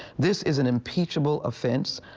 this is an impeachable offense.